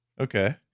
Okay